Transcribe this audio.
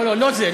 לא, לא זה.